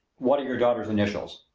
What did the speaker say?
what are your daughter's initials?